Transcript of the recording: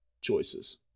choices